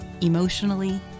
emotionally